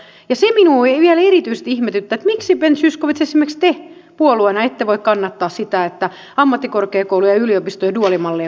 se minua vielä erityisesti ihmetyttää miksi ben zyskowicz esimerkiksi te puolueena ette voi kannattaa sitä että ammattikorkeakoulujen ja yliopistojen duaalimallia voidaan tarkastella